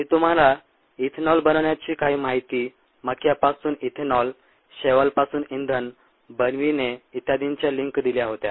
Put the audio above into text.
मी तुम्हाला इथेनॉल बनवण्याची काही माहिती मक्क्यापासून इथेनॉल शैवालपासून इंधन बनविणे इत्यादींच्या लिंक दिल्या होत्या